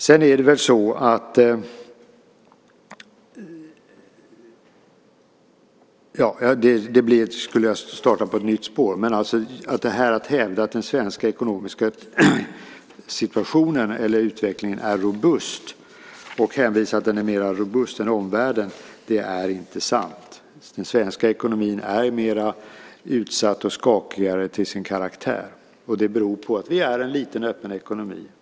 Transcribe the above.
Det hävdas här att den svenska ekonomiska utvecklingen är robust, och det hänvisas till att den är mera robust än omvärldens, men det är inte sant. Den svenska ekonomin är mera utsatt och skakigare till sin karaktär. Det beror på att vi är en liten öppen ekonomi.